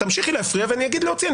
תמשיכי להפריע ואני אגיד להוציא.